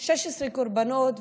16 קורבנות,